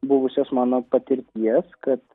buvusios mano patirties kad